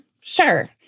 Sure